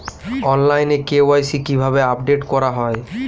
অনলাইনে কে.ওয়াই.সি কিভাবে আপডেট করা হয়?